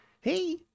Hey